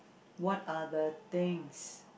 what other things